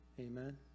amen